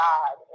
God